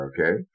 Okay